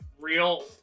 real